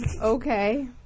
Okay